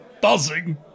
buzzing